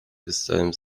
wyssałam